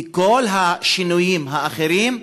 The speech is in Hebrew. וכל השינויים האחרים,